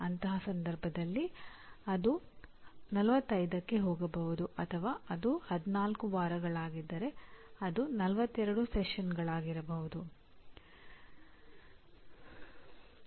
ಅಂತಹ ಸಂದರ್ಭದಲ್ಲಿ ಅದು 45ಕ್ಕೆ ಹೋಗಬಹುದು ಅಥವಾ ಅದು 14 ವಾರಗಳಾಗಿದ್ದರೆ ಅದು 42 ಸೆಷನ್ಗಳಾಗಿರಬಹುದು